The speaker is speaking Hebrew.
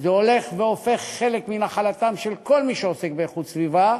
זה הולך והופך חלק מנחלתם של כל מי שעוסקים באיכות סביבה,